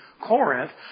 Corinth